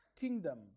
Kingdom